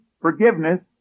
forgiveness